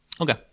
Okay